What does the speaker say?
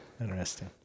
Interesting